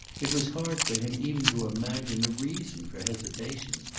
it was hard for him even to imagine a reason for hesitation.